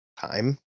Time